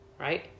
Right